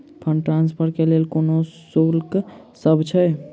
Fund transfer केँ लेल कोनो शुल्कसभ छै?